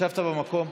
ישבת במקום?